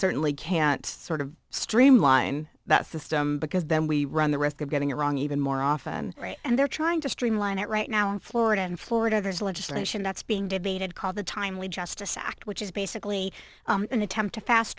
certainly can't sort of streamline that system because then we run the risk of getting it wrong even more often right and they're trying to streamline it right now in florida and florida there's legislation that's being debated called the timely justice act which is basically an attempt to fast